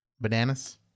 Bananas